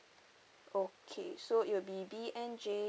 okay so it will be B N J